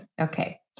Okay